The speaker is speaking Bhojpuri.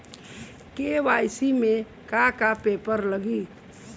के.वाइ.सी में का का पेपर लगी?